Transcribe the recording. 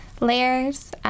layers